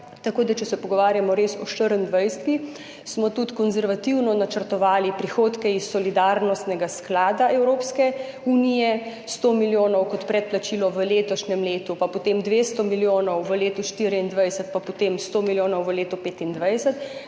tako da če se pogovarjamo res o letu 2024, smo tudi konservativno načrtovali prihodke iz solidarnostnega sklada Evropske unije, 100 milijonov kot predplačilo v letošnjem letu in potem 200 milijonov v letu 2024, potem pa 100 milijonov v letu 2025,